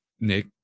Nick